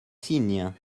signe